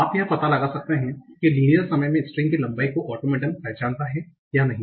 तो आप यह पता लगा सकते हैं कि लिनियर समय में स्ट्रिंग की लंबाई को ऑटोमेटन पहचानता है या नहीं